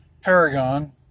Paragon